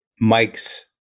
Mike's